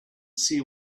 see